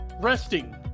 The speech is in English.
resting